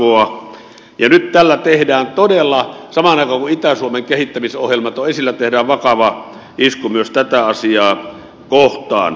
ja nyt tällä tehdään todella saman aikaan kun itä suomen kehittämisohjelmat ovat esillä vakava isku myös tätä asiaa kohtaan